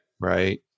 Right